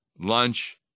lunch